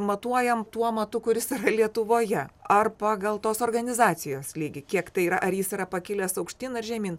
matuojam tuo matu kuris lietuvoje ar pagal tos organizacijos lygį kiek tai yra ar jis yra pakilęs aukštyn ar žemyn